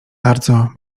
bardzo